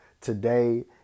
today